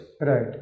Right